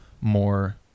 more